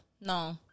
No